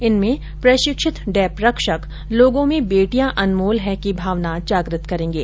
इनमें प्रशिक्षित डेप रक्षक लोगों में बेटियां अनमोल हैं की भावना जागृत करेंगे